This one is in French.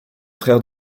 frère